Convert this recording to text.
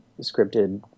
scripted